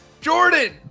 Jordan